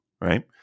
right